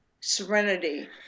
serenity